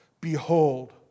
Behold